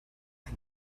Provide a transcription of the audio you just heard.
and